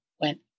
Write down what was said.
went